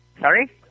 Sorry